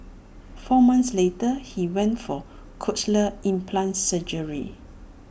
four months later he went for cochlear implant surgery